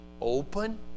open